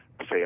say